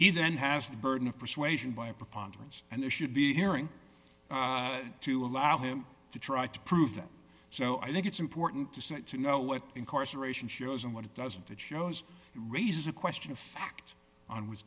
then has the burden of persuasion by a preponderance and there should be a hearing to allow him to try to prove that so i think it's important to set to know what incarceration shows and what it doesn't it shows it raises a question of fact on w